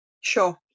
Sure